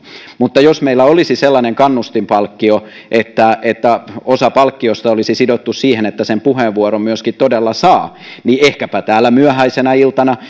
mutta jos meillä olisi sellainen kannustinpalkkio että että osa palkkiosta olisi sidottu siihen että sen puheenvuoron myöskin todella saa niin ehkäpä täällä myöhäisenä iltana